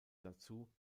dazu